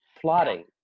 plotting